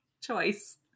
choice